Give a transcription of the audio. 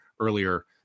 earlier